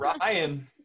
Ryan